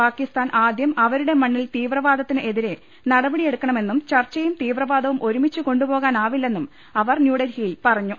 പാക്കിസ്ഥാൻ ആദ്യം അവരുടെ മണ്ണിൽ തീവ്ര വാദത്തിനെതിരെ നടപടിയെടുക്കണമെന്നും ചർച്ചയും തീവ്രവാ ദവും ഒരുമിച്ച് കൊണ്ടുപോകാനാവില്ലെന്നും അവർ ന്യൂഡൽഹി യിൽ പറഞ്ഞു